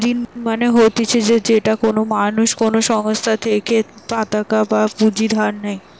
ঋণ মানে হতিছে যেটা কোনো মানুষ কোনো সংস্থার থেকে পতাকা বা পুঁজি ধার নেই